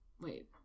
Wait